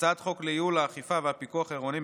הצעת חוק לייעול האכיפה והפיקוח העירוניים